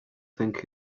think